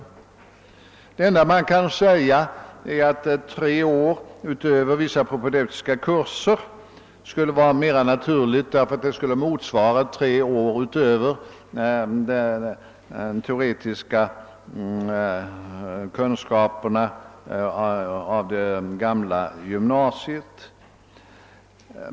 Det enda jag nu vill säga är att tre år utöver vissa propedeutiska kurser skulle vara ett framsteg, därför att det skulle motsvara tre år utöver de teoretiska kunskaperna i det gamla gymnasiet.